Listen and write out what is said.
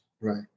Right